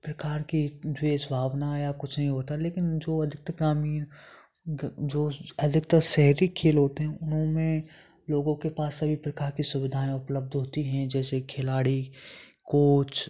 प्रकार की विशेष भावना या कुछ नहीं होता लेकिन जो अधिकतर ग्रामीण ग जो अधिकतर शहरी खेल होते हैं उन्हों में लोगों के पास सभी प्रकार की सुविधाएँ उपलब्ध होती हैं जैसे खिलाड़ी कोच